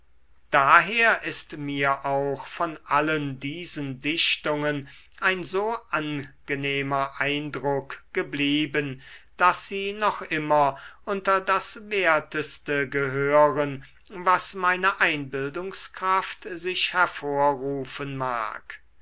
daher ist mir auch von allen diesen dichtungen ein so angenehmer eindruck geblieben daß sie noch immer unter das werteste gehören was meine einbildungskraft sich hervorrufen mag